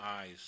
eyes